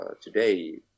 today